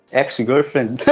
ex-girlfriend